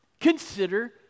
Consider